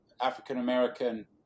African-American